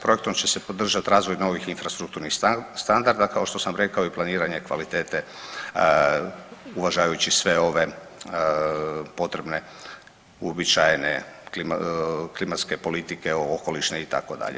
Projektom će se podržat razvoj novih infrastrukturnih standarda, kao što sam rekao i planiranje kvalitete uvažavajući sve ove potrebne i uobičajene klimatske politike, ove okolišne itd.